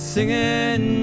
Singing